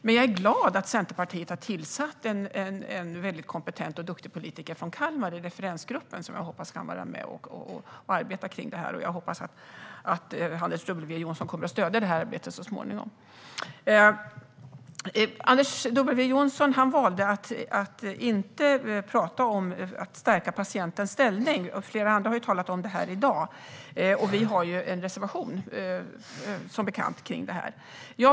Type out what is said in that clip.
Men jag är glad över att Centerpartiet har utsett en väldigt kompetent och duktig politiker från Kalmar i referensgruppen. Jag hoppas att Anders W Jonsson kommer att stödja detta arbete så småningom. Anders W Jonsson valde att inte tala om att man ska stärka patientens ställning. Flera andra har talat om detta i dag, och som bekant har vi en reservation om det här.